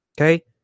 Okay